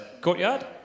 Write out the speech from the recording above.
Courtyard